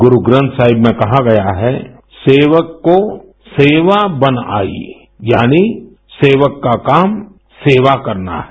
गुरुग्रन्थ साहिब में कहा गया है सेवक को सेवा बन आई यानी सेवक का काम सेवा करना है